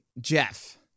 Jeff